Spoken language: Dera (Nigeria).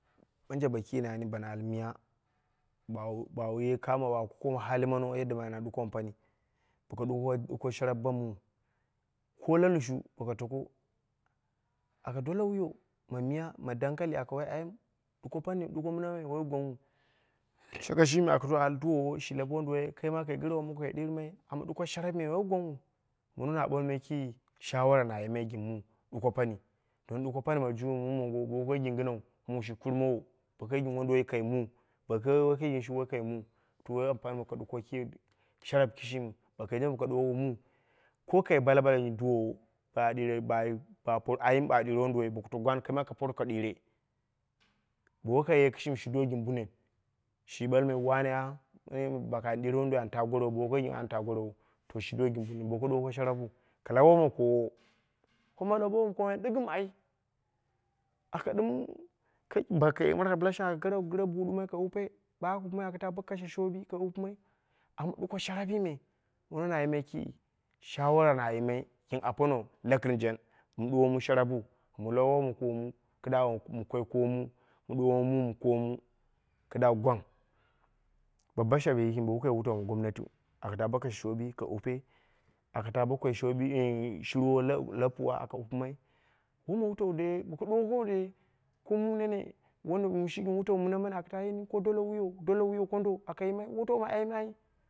Ɓanje ki nani, bono al miya bawu bawu ye kamo bawu kuke hali mono yadda mɨ ana ɗuke pani woi ɗuko sharap bammu ko la lushu boka tako, aka dole wuyo ma miya ma dankali aka wai ayim duko pani ɗuko mɨna me woi gwangnghu shakai shimi aka do al duwowo shi lah wonduwoi kai ma kai gɨre womongo kai dirmai amma ɗuko sharapme woi gwangnghu, mono na ɓoomai ki shawara na ɓoomai gɨn mu, ɗuko pani don ɗuko pani ma jung ma mu mongo bo wokai gɨn gɨnau mu shi kurmo wo bo kai gɨn wonduwoi kai mu, bo woi kai gɨn shiu wokai muu, to woi ampani ma ɗuko ki sharap kishimin bo kai jindai ka ɗuwoko mu ko kai balabala gɨn duwowo ba ɗire, ba pon ayim ba ɗire wonduwoi boku taku gaan kaima ka ɗire bo kai ya kishi min shi do gɨn bunnen, shi ɓalmai wane ah bokai gɨn an ta gorowou, to shimi boko ɗuko sharappu, ka lau woma koowo, womoi lab koowo ɗigɨm ai, aka ɗɨm baka ye mɨra gɨre buhu ɗumoi bɨla shang ka wupe baka wupɨma iyu aka ta bo kashe shoowi aka wu pɨmai, duko sharappi me, mono na aimai ki shawara na yimai gɨn apono lakɨrjen bomu ɗuwomu sharappu, mu lau woma koomu kɨdda mɨ koi koomu mu ɗuwomu mu ma koomu kɨdda gwang. Bo basha yiki bo woka wutau ma gomnatiu aka ta bo kashe shoowi ka wupe aka ta bo koi shoowi, shurwo la gwa aka wupɨmai woma wutau dai, boko ɗuwokou dai ko mu neneshi gɨn wutau aka ta yini ko dole wuyo kondo aka yimai.